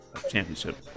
championship